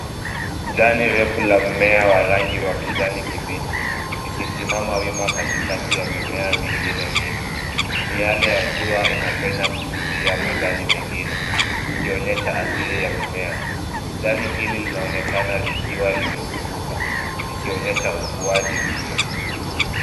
Jani refu la mmea wa rangi wa kijani kibichi likisimama wima katikati ya mimea mingine mingi. Miale ya jua inapenya kupitia majani mengine, ikionyesha asili ya mimea. Jani hili linaonekana likiwa limefunguka likionyesha ukuaji mpya.